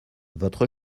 votre